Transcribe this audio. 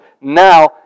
now